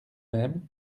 même